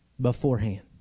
Beforehand